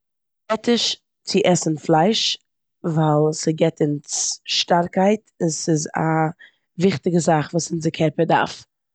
עטיש צו עסן פלייש ווייל ס'גיבט אונז שטארקקייט און ס'איז א וויכטיגע זאך וואס אונזער קערפער דארף.